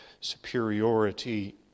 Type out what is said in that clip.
superiority